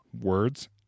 Words